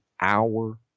hour